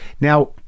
Now